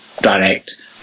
direct